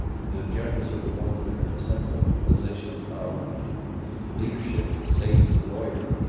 the judges are the ones that are in the central position of leadership to say to the lawyer,